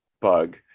bug